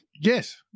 yes